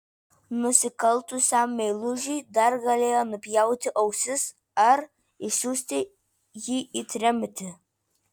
nusikaltusiam meilužiui dar galėjo nupjauti ausis ar išsiųsti jį į tremtį